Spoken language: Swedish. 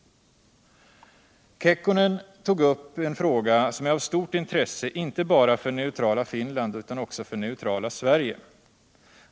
Kekkonen tog upp en fråga som är av stort intresse inte bara för det neutrala Finland utan också för det neutrala Sverige.